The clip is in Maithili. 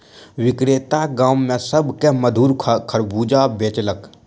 विक्रेता गाम में सभ के मधुर खरबूजा बेचलक